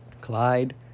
Clyde